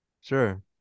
Sure